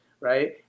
right